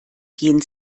gehen